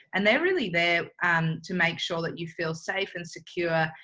and they're really there um to make sure that you feel safe and secure,